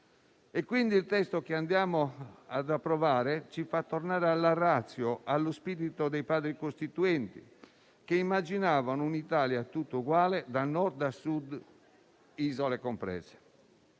Pertanto, il testo che andiamo ad approvare ci fa tornare alla *ratio* e allo spirito dei Padri costituenti, che immaginavano un'Italia tutta uguale da Nord a Sud, isole comprese.